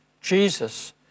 Jesus